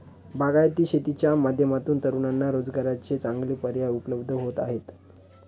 बागायती शेतीच्या माध्यमातून तरुणांना रोजगाराचे चांगले पर्याय उपलब्ध होत आहेत